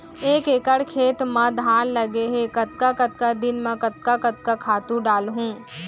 एक एकड़ खेत म धान लगे हे कतका कतका दिन म कतका कतका खातू डालहुँ?